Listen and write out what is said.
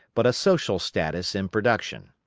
but a social status in production.